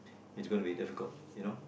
it's gonna be difficult you know